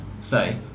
say